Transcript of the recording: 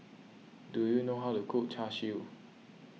do you know how to cook Char Siu